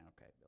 Okay